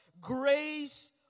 Grace